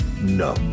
No